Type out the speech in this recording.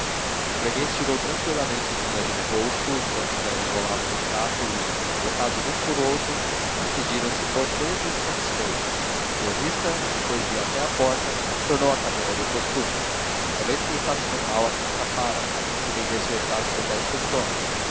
o freguês tirou tranquilamente o dinheiro do bolso enquanto o velho enrolava o retrato e trocados um por outro despediram-se corteses e satisfeitos o lojista depois de ir até à porta tornou à cadeira do costume talvez pensasse no mal a que escapara se vendesse o retrato por dez tostões